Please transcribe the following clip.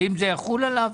האם זה יחול עליו?